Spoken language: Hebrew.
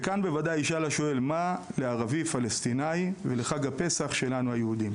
וכאן בוודאי ישאל השואל מה לערבי פלסטינאי ולחג הפסח שלנו היהודים,